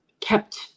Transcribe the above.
kept